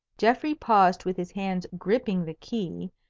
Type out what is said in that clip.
geoffrey paused with his hand gripping the key,